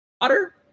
water